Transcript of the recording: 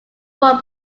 one